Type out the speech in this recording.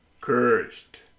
Cursed